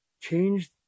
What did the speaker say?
changed